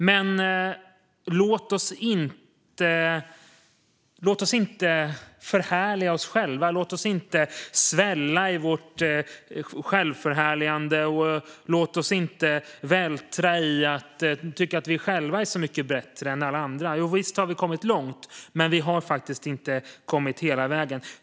Men låt oss inte förhärliga oss själva. Låt oss inte svälla i vårt självförhärligande. Låt oss inte vältra oss i att vi är så mycket bättre än alla andra. Visst har vi kommit långt. Men vi har faktiskt inte kommit hela vägen.